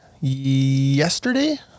yesterday